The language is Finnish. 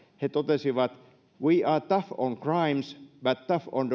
he totesivat we are tough on crimes but tough on